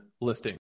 listing